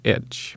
Edge